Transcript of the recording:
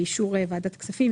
באישור ועדת הכספים,